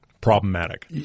problematic